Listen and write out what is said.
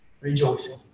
rejoicing